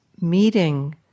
meeting